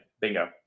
Bingo